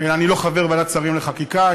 אני לא חבר ועדת השרים לחקיקה.